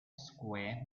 square